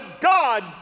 God